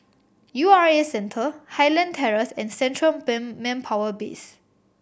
U R A Centre Highland Terrace and Central Ban Manpower Base